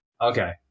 Okay